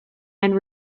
and